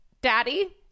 daddy